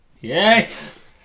Yes